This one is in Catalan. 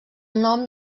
nom